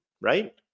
right